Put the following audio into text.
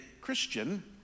Christian